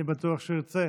אני בטוח שהוא ירצה,